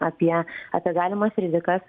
apie apie galimas rizikas